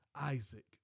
Isaac